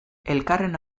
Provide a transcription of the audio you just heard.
elkarren